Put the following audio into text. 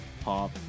pop